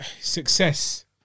success